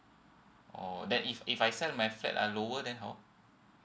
oh then if if I sell my flat are lower then how